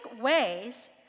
ways